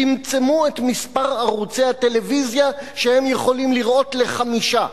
את מספר ערוצי הטלוויזיה שהם יכולים לראות לחמישה.